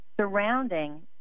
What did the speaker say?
surrounding